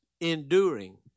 enduring